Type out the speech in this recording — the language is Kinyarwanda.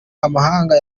amahanga